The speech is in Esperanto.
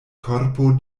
korpo